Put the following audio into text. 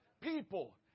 people